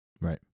Right